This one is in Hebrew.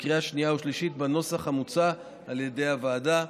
בקריאה שנייה ושלישית בנוסח המוצע על ידי הוועדה.